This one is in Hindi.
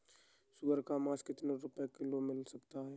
सुअर का मांस कितनी रुपय किलोग्राम मिल सकता है?